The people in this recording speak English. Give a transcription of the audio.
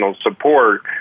support